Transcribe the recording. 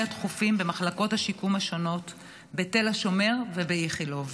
התכופים במחלקות השיקום השונות בתל השומר ובאיכילוב.